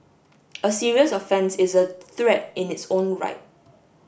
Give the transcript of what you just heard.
a serious offence is a threat in its own right